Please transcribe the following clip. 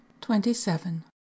twenty-seven